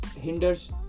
hinders